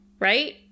right